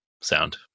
sound